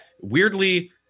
weirdly